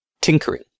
Tinkering